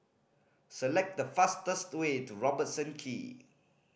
select the fastest way to Robertson Quay